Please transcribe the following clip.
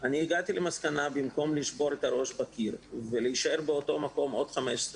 הגעתי למסקנה שבמקום לשבור את הראש בקיר ולהישאר באותו מקום עוד 15,